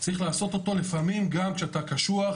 צריך לעשות אותו לפעמים גם כשאתה קשוח,